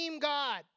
God